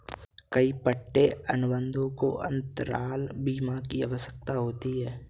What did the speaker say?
कई पट्टे अनुबंधों को अंतराल बीमा की आवश्यकता होती है